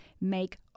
make